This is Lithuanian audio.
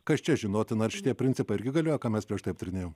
kas čia žinotina ar šitie principai galioja ką mes prieš tai aptarinėjome